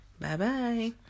Bye-bye